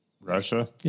Russia